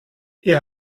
ihr